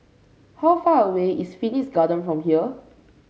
how far away is Phoenix Garden from here